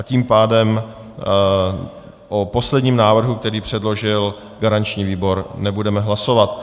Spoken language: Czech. Tím pádem o posledním návrhu, který předložil garanční výbor, nebudeme hlasovat.